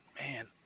man